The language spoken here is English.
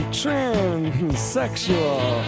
transsexual